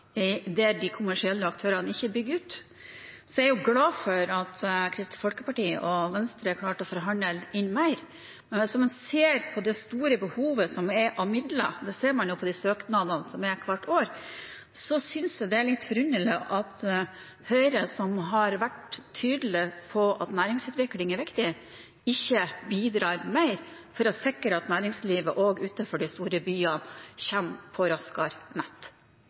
de kommersielle aktørene ikke bygger ut, så jeg er glad for at Kristelig Folkeparti og Venstre klarte å forhandle inn mer. Når en ser på det store behovet for midler, det ser man jo på de søknadene som er hvert år, synes jeg det er litt forunderlig at Høyre, som har vært tydelig på at næringsutvikling er viktig, ikke bidrar mer for å sikre at næringslivet også utenfor de store byene kommer på raskere nett.